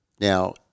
Now